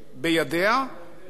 החל מרשות השידור,